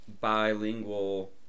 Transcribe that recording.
bilingual